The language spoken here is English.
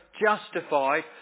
justified